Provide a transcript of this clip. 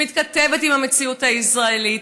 שמתכתבת עם המציאות הישראלית,